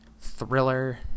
thriller